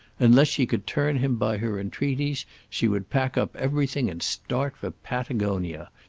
unless she could turn him by her entreaties she would pack up everything and start for patagonia,